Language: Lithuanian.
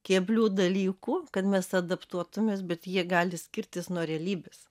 keblių dalykų kad mes adaptuotumės bet jie gali skirtis nuo realybės